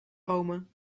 rome